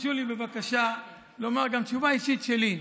תרשו לי בבקשה לומר גם תשובה אישית שלי.